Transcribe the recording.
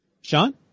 Sean